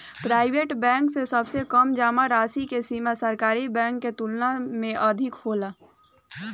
private bank में सबसे कम जामा राशि के सीमा सरकारी बैंक के तुलना में अधिक होला